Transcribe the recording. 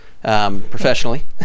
professionally